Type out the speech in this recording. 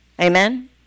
Amen